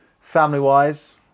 Family-wise